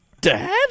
Dad